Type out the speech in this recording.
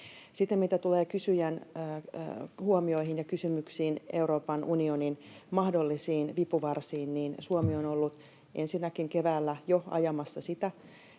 Sitten mitä tulee kysyjän huomioihin ja kysymyksiin Euroopan unionin mahdollisiin vipuvarsiin, niin Suomi on ollut ensinnäkin keväällä jo ajamassa sitä,